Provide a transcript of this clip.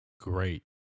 Great